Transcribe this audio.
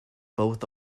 both